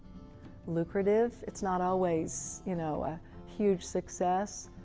lucrative. it's not always, you know, a huge success,